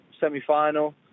semi-final